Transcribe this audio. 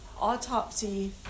autopsy